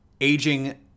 Aging